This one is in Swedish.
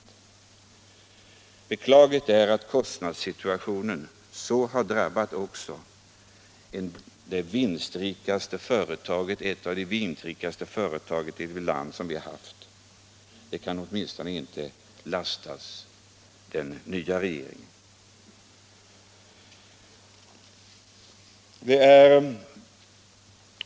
Det är beklagligt att kostnadssituationen har blivit sådan att ett av de mest vinstrika företagen här i landet har drabbats, men det kan åtminstone inte den nya regeringen lastas för.